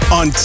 on